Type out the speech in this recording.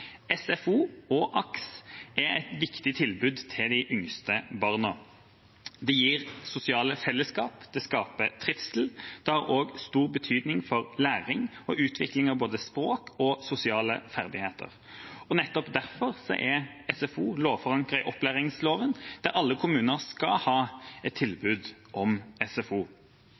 SFO og AKS er et viktig tilbud til de yngste barna. Det gir sosiale fellesskap, og det skaper trivsel. Det har også stor betydning for læring og utvikling av både språk og sosiale ferdigheter. Nettopp derfor er SFO forankret i opplæringsloven – alle kommuner skal ha et tilbud om SFO.